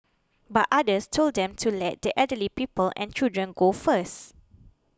but others told them to let the elderly people and children go first